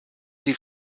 die